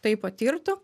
tai patirtų